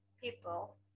people